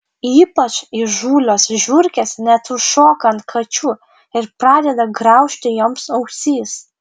ypač įžūlios žiurkės net užšoka ant kačių ir pradeda graužti joms ausis